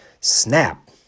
Snap